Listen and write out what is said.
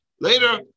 later